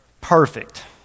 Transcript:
perfect